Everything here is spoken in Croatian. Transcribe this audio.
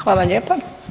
Hvala lijepa.